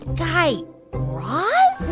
guy raz?